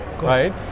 right